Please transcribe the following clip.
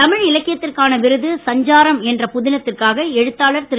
தமிழ் இலக்கியத்திற்கான விருது சஞ்சாரம் என்ற புதினத்துக்காக எழுத்தாளர் திரு